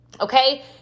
Okay